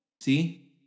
See